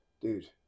dude